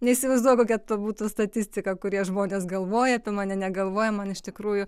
neįsivaizduoju kokia ta būtų statistika kurie žmonės galvoja apie mane negalvoja man iš tikrųjų